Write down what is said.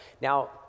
Now